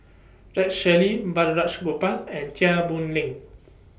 Rex Shelley Balraj Gopal and Chia Boon Leong